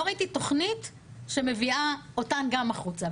לא ראיתי תוכנית שמביאה אותן גם החוצה,